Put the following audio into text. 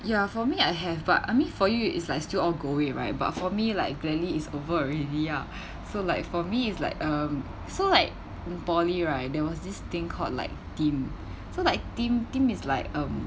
ya for me I have but I mean for you is like still ongoing right but for me like gladly is over already ah so like for me is like um so like in poly right there was this thing called like team so like team team is like um